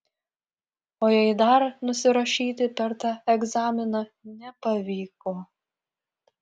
o jei dar nusirašyti per tą egzaminą nepavyko